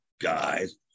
guys